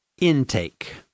intake